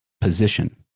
position